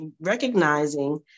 recognizing